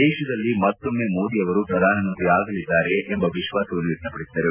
ದೇಶದಲ್ಲಿ ಮತ್ತೊಮ್ಮೆ ಮೋದಿ ಅವರು ಪ್ರಧಾನಮಂತ್ರಿ ಆಗಲಿದ್ದಾರೆ ಎಂದು ವಿಶ್ವಾಸ ವ್ಯಕ್ತಪಡಿಸಿದರು